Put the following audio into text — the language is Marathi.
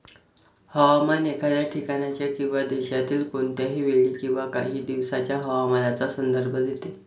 हवामान एखाद्या ठिकाणाच्या किंवा देशातील कोणत्याही वेळी किंवा काही दिवसांच्या हवामानाचा संदर्भ देते